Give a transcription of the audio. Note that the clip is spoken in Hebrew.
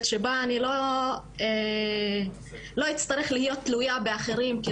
שבה אני לא אצטרך להיות תלויה באחרים,